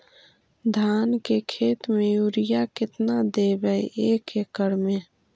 धान के खेत में युरिया केतना देबै एक एकड़ में?